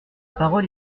parole